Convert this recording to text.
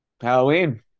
Halloween